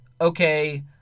okay